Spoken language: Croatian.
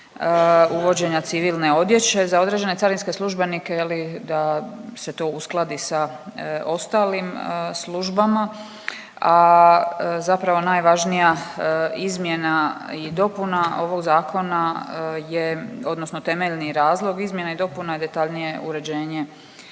uvođenja civilne odjeće za određene carinske službenike da se to uskladi sa ostalim službama, a zapravo najvažnija izmjena i dopuna ovog zakona je odnosno temeljeni razlog izmjene i dopuna, detaljnije uređenje